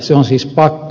se on siis pakko